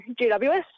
GWS